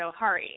Johari